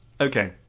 Okay